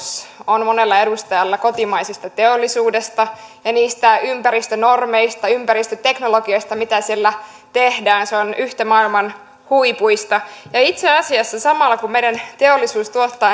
on monella edustajalla kotimaisesta teollisuudesta ja niistä ympäristönormeista ympäristöteknologioista mitä siellä tehdään se on maailman huippua ja itse asiassa samalla kun meidän teollisuus tuottaa